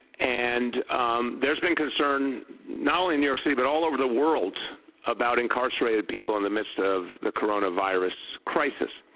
and there has been concerned not only new york city but all over the world about incarcerated people in the midst of the coronavirus crisis.